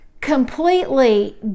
completely